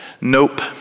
Nope